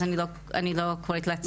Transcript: אז אני לא קוראת לעצמי עגונה.